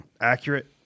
accurate